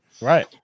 Right